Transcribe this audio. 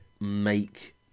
make